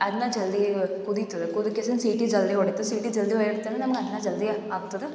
ಅನ್ನ ಜಲ್ದಿ ಕುದಿತದ ಕುದ್ಕೆಸನ್ ಸೀಟಿ ಜಲ್ದಿ ಹೊಡಿತು ಸೀಟಿ ಜಲ್ದಿ ಹೊಡಿತಂದ್ರೆ ನಮ್ಗೆ ಅನ್ನ ಜಲ್ದಿ ಆಗ್ತದೆ